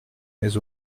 mais